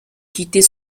quitter